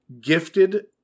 gifted